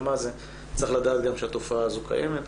מה זה צריך גם לדעת שהתופעה הזו קיימת.